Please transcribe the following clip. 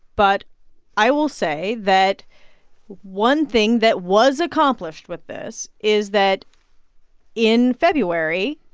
but i will say that one thing that was accomplished with this is that in february,